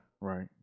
Right